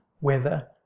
weather